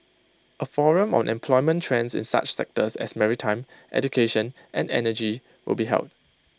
A forum on employment trends in such sectors as maritime education and energy will be held